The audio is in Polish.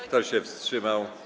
Kto się wstrzymał?